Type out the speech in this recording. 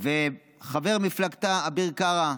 לחבר מפלגתה אביר קארה,